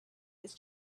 his